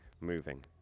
moving